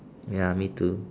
ya me too